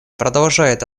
продолжает